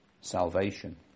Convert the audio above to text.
salvation